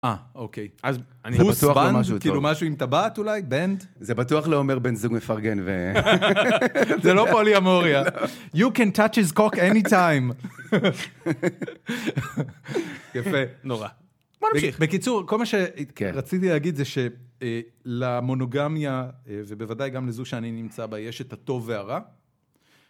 אה, אוקיי. אז בוס, בנד, כאילו משהו, אם טבעת אולי, בנד? זה בטוח לא אומר בן זוג מפרגן ו... זה לא פולי אמוריה. You can touch his cock anytime. יפה. נורא. בוא נמשיך. בקיצור, כל מה שרציתי להגיד זה שלמונוגמיה, ובוודאי גם לזו שאני נמצא בה, יש את הטוב והרע.